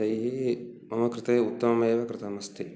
तैः मम कृते उत्तमम् एव कृतम् अस्ति